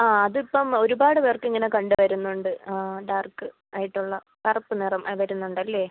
ആ അതിപ്പം ഒരുപാട് പേർക്കിങ്ങനെ കണ്ട് വരുന്നുണ്ട് ആ ഡാർക്ക് ആയിട്ടുള്ള കറുപ്പ് നിറം വരുന്നുണ്ടല്ലെ